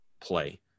play